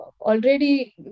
already